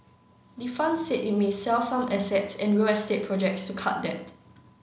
the fund said it may sell some assets and real estate projects to cut debt